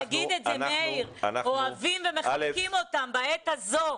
תגיד את זה מאיר, אוהבים ומחבקים אותם בעת הזו.